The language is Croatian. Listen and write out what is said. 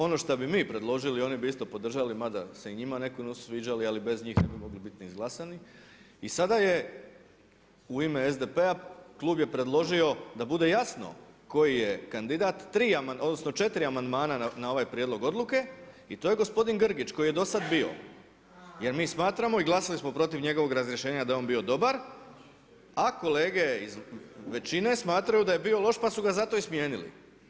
Ono šta bi mi predložili, oni bi isto podržali mada se i njima neki nisu sviđali, ali bez njih ne bi mogli biti izglasani i sada u ime SDP-a klub je predložio da bude jasno koji je kandidat, četiri amandmana na ovaj prijedlog odluke i to je gospodin Grgić koji je dosad bio jer mi smatramo i glasovali smo protiv njegovog razrješenja da je on bio dobar a kolege iz većine smatraju daje bio loš pa su ga zato i smijenili.